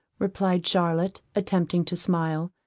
replied charlotte, attempting to smile,